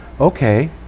okay